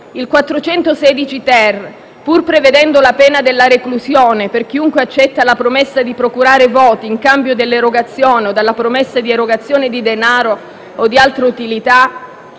416-*ter*, pur prevedendo la pena della reclusione per chiunque accetta la promessa di procurare voti in cambio dell'erogazione o della promessa di erogazione di denaro o di altre utilità,